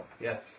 Yes